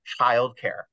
childcare